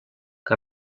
que